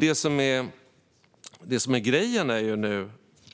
Det som är grejen nu